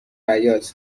حباط